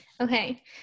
Okay